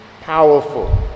powerful